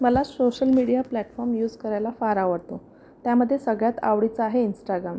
मला social media platform use करायला फार आवडतं त्यामध्ये सगळ्यात आवडीचं आहे इन्स्टागाम